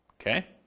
Okay